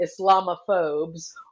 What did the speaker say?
Islamophobes